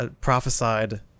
prophesied